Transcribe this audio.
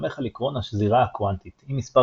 שמסתמך על עקרון השזירה הקוונטית אם מספר